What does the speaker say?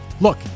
Look